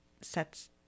sets